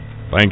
thank